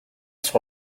sur